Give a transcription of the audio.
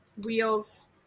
wheels